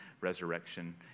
resurrection